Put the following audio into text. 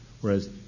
whereas